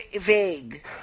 vague